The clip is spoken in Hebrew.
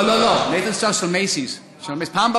לא לא לא, נתן שטראוס מ"מייסיס".